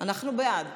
אנחנו בעד.